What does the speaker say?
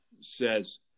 says